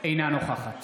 אינה נוכחת